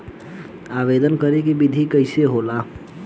आवेदन करे के विधि कइसे होला?